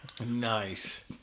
nice